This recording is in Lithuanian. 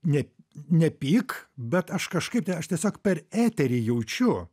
ne nepyk bet aš kažkaip tai aš tiesiog per eterį jaučiu